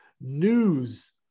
News